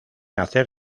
hacer